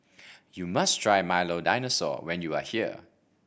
you must try Milo Dinosaur when you are here